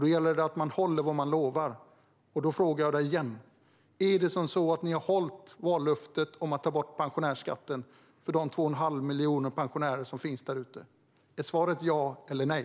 Då gäller det att man håller vad man lovar. Jag frågar dig igen: Har ni hållit vallöftet om att ta bort pensionärsskatten för de 2 1⁄2 miljoner pensionärer som finns där ute? Är svaret ja eller nej?